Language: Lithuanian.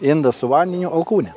indą su vandeniu alkūne